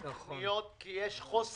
ומענקי סיוע (הוראת שעה נגיף הקורונה החדש),